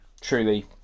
truly